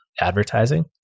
advertising